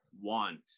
want